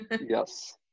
Yes